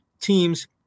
teams